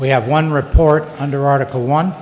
we have one report under article one